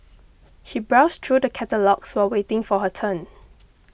she browsed through the catalogues while waiting for her turn